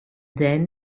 then